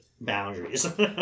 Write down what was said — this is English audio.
boundaries